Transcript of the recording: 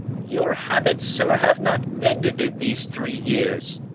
your habits, sir, have not mended in these three years,